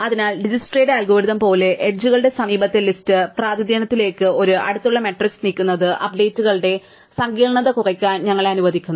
അതിനാൽ ദിജ്ക്സ്ട്രയുടെ അൽഗോരിതം പോലെ എഡ്ജുകളുടെ സമീപത്തെ ലിസ്റ്റ് പ്രാതിനിധ്യത്തിലേക്ക് ഒരു അടുത്തുള്ള മാട്രിക്സ് നീക്കുന്നത് അപ്ഡേറ്റുകളുടെ സങ്കീർണ്ണത കുറയ്ക്കാൻ ഞങ്ങളെ അനുവദിക്കുന്നു